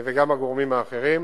וגם הגורמים האחרים,